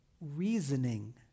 reasoning